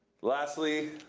lastly,